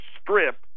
Strip